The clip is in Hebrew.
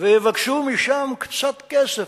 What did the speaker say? ויבקשו משם קצת כסף,